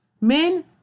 Men